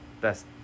best